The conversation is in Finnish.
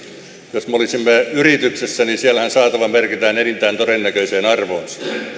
jos me olisimme yrityksessä niin siellähän saatava merkitään enintään todennäköiseen arvoonsa